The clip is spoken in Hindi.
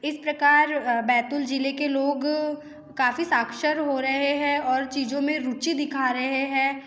इस प्रकार बैतूल ज़िले के लोग काफ़ी साक्षर हो रहे हैं और चीज़ों में रुचि दिखा रहे हैं